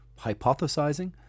hypothesizing